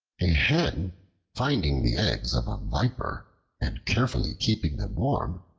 a hen finding the eggs of a viper and carefully keeping them warm,